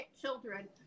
children